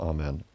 Amen